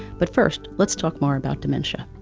but first let's talk more about dementia.